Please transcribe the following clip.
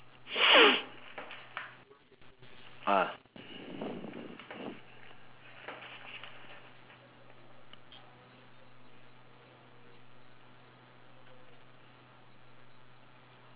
ah